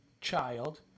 Child